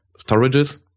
storages